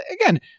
Again